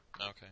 Okay